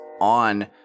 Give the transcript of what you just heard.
on